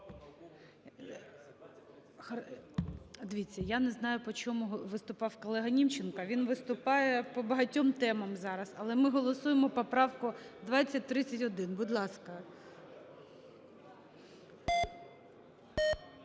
Дивіться, я не знаю по чому виступав колега Німченко, він виступає по багатьом темам зараз, але ми голосуємо поправку 2031. Будь ласка.